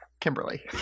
Kimberly